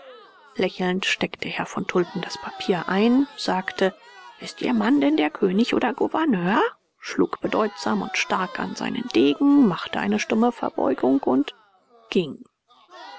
lächelnd steckte herr von tulpen das papier ein sagte ist ihr mann denn der könig oder gouverneur schlug bedeutsam und stark an seinen degen machte eine stumme verbeugung und ging